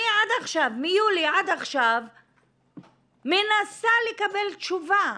אני מיולי עד עכשיו מנסה לקבל תשובה